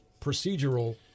procedural